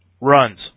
Runs